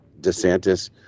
DeSantis